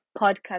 podcast